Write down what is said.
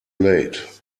late